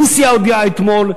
רוסיה הודיעה אתמול,